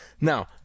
Now